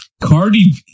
Cardi